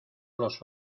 los